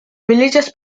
religious